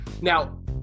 Now